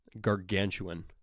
gargantuan